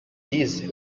these